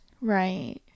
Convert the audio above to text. Right